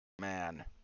Man